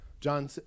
John